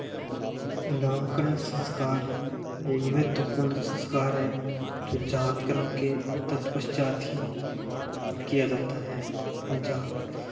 नामकरण संस्कार एक महत्वपूर्ण संस्कार है जो जातकर्म के तत्पश्चात ही किया जाता है जात